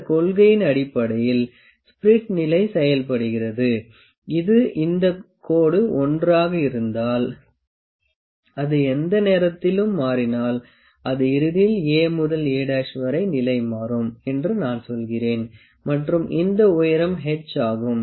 இந்த கொள்கையின் அடிப்படையில் ஸ்பிரிட் நிலை செயல்படுகிறது இது இந்த கோடு l ஆக இருந்தால் அது எந்த நேரத்திலும் மாறினால் அது இறுதியில் A முதல் A' வரை நிலை மாறும் என்று நான் சொல்கிறேன் மற்றும் இந்த உயரம் h ஆகும்